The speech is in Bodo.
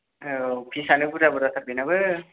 औ फिसानो बुरजा बुरजाथार बेनाबो